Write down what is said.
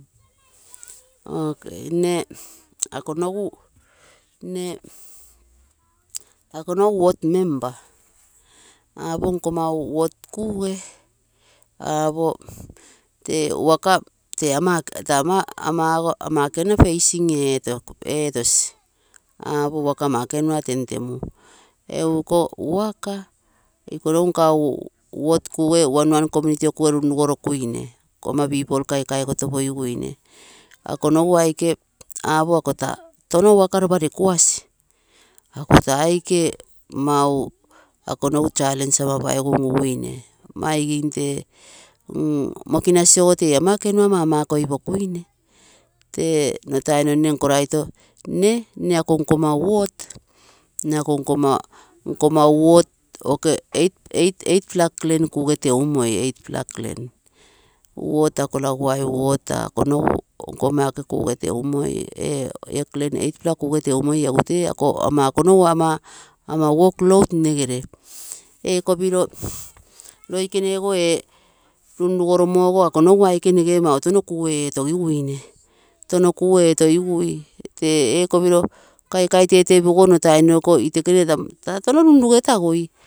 Nne ako nogu wot member, apo nkomau wot kuge apoo tee woka tee ama ekenua basing etokui, apo work ama ekenua temtemu. Egu iko woka ikonogu nka wot kuge one, one community oo kuge, nkoma people kaikai gotopogiguine, akonogu aike apoo akoo taa iko nogu woka ropa rekuasi. Ako taa aike mau akonogu challenge ama ekenua unuguine mai tee aike mokinas tee ama ekenua mama koipokaine. Tee nkorato ako nkoma wot oke eight pla clan kugee teumoi. Wot ako laguai ward taa akonogu nkoma. Loikene ogo mautou kuu etogi guine tee kaikai tee pogiguogo tata iko itekene taa touno runrugetagui.